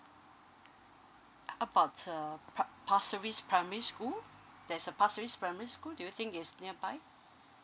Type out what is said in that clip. about uh pr~ pasir ris primary school there's a pasir ris primary school do you think it's nearby